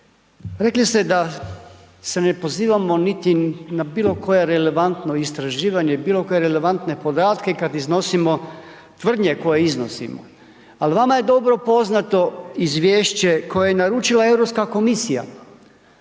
rekli ste da se ne pozivamo niti na bilo koje relevantno istraživanje, bilo koje relevantne podatke kad iznosimo tvrdnje koje iznosimo. Al vama je dobro poznato izvješće koje je naručila Europska komisija